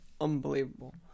unbelievable